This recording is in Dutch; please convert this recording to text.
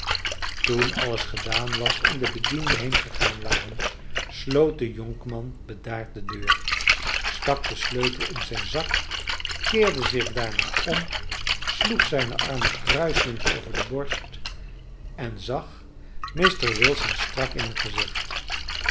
toen alles gedaan was en de bedienden heengegaan waren sloot de jonkman bedaard de deur stak den sleutel in zijnen zak keerde zich daarna om sloeg zijne armen kruiselings over de borst en zag mr wilson strak in het gezicht